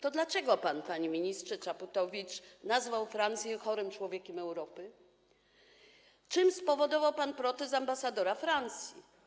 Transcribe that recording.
To dlaczego pan, panie ministrze Czaputowicz, nazwał Francję chorym człowiekiem Europy, czym spowodował pan protest ambasadora Francji?